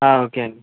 okay అండి